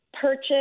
purchase